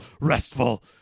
restful